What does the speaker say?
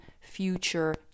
future